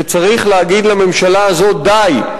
שצריך להגיד לממשלה הזו: די,